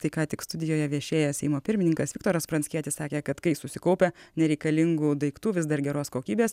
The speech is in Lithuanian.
tai ką tik studijoje viešėjęs seimo pirmininkas viktoras pranckietis sakė kad kai susikaupia nereikalingų daiktų vis dar geros kokybės